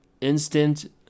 instant